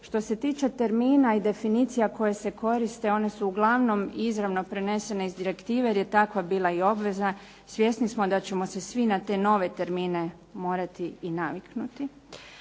Što se tiče termina i definicija koje se koriste one su uglavnom izravno prenesene iz direktive jer je takva bila i obveza. Svjesni smo da ćemo se svi na te nove termine morati i naviknuti.